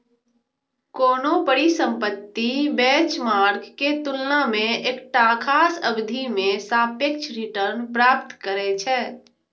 कोनो परिसंपत्ति बेंचमार्क के तुलना मे एकटा खास अवधि मे सापेक्ष रिटर्न प्राप्त करै छै